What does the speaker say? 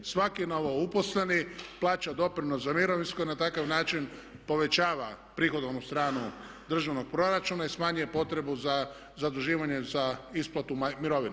Svaki novouposleni plaća doprinos za mirovinsko i na takav način povećava prihodovnu stranu državnog proračuna i smanjuje potrebu za zaduživanje za isplatu mirovina.